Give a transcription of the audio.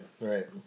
right